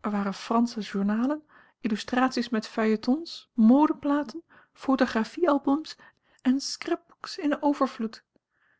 er waren fransche journalen illustraties met feuilletons modeplaten photographie albums en scrapbooks in overvloed